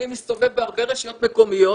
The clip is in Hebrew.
אני מסתובב בהרבה רשויות מקומיות,